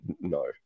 no